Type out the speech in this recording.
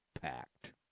packed